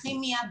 כימיה,